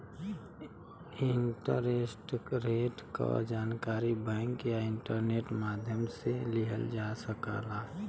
interest rate क जानकारी bank या इंटरनेट माध्यम से लिहल जा सकला